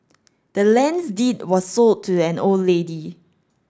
the land's deed was sold to the old lady